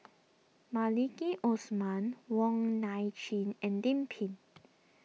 Maliki Osman Wong Nai Chin and Lim Pin